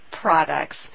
products